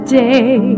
day